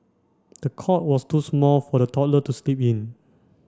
the cot was too small for the toddler to sleep in